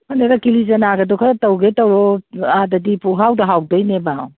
ꯈꯪꯗꯦꯗ ꯀꯤꯂꯤ ꯆꯅꯥꯒꯗꯣ ꯈꯔ ꯇꯧꯒꯦ ꯇꯧꯔꯛꯑꯣ ꯑꯥꯗꯗꯤ ꯄꯨꯡꯍꯥꯎꯗ ꯍꯥꯎꯗꯣꯏꯅꯦꯕ